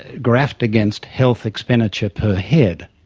graphed against health expenditure per head,